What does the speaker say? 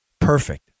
perfect